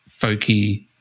folky